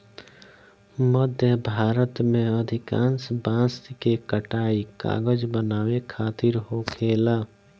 मध्य भारत में अधिकांश बांस के कटाई कागज बनावे खातिर होखेला